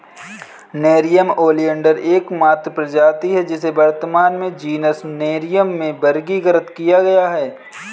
nerium oleander एकमात्र प्रजाति है जिसे वर्तमान में जीनस नेरियम में वर्गीकृत किया गया है